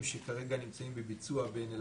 שכרגע נמצאים בביצוע בעין אל-אסד,